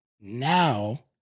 now